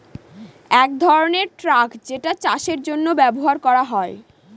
এক ধরনের ট্রাক যেটা চাষের জন্য ব্যবহার করা হয়